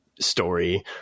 story